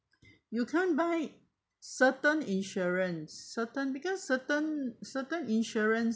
you can't buy certain insurance certain because certain certain insurance